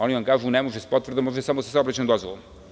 Oni vam kažu ne može sa potvrdom, može samo sa saobraćajnom dozvolom.